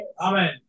Amen